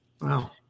Wow